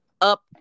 up